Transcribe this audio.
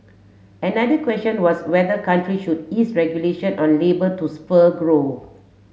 another question was whether countries should ease regulation on labour to spur growth